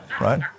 Right